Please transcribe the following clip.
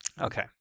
Okay